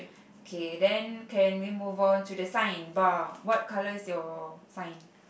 okay then can we move on to the sign bar what colour is your sign